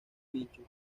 nicho